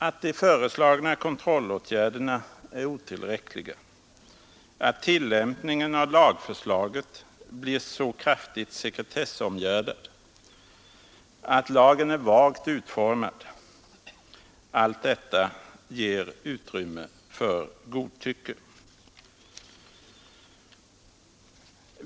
Att de föreslagna kontrollåtgärderna är otillräckliga, att tillämpningen av lagförslagen blir så kraftigt sekretessomgärdad, att allt är vagt utformat, allt detta ger utrymme för godtycke.